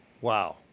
Wow